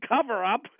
cover-up